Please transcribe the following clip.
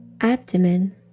abdomen